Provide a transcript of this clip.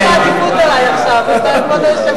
אתה בעדיפות עלי עכשיו, אתה כבוד היושב-ראש.